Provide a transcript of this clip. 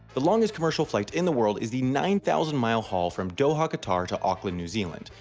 the longest commercial flight in the world is the nine thousand mile haul from doha, qatar to auckland, new zealand.